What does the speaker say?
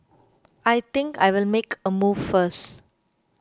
I think I'll make a move first